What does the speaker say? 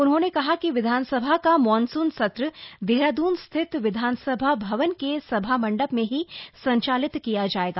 उन्होंने कहा कि विधानसभा का मानसून सत्र देहरादून स्थित विधानसभा भवन के सभा मंडप में ही संचालित किया जाएगा